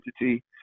entity